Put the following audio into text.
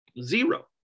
Zero